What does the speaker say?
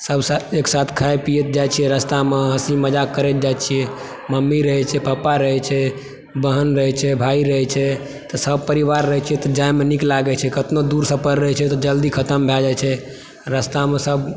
सब सऽ एकसाथ खाइत पियेत जाय छियै रस्तामे हँसी मजाक करैत जाय छियै मम्मी रहै छै पप्पा रहै छै बहन रहै छै भाय रहै छै तऽ सब परिवार रहै छियै तऽ जायमे नीक लागै छै कतनो दूर सफर रहै छै तऽ जल्दी खत्म भय जाइ छै रस्तामे सब